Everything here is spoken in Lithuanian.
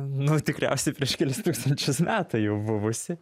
nu tikriausiai prieš kelis tūkstančius metų jau buvusį